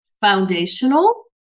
foundational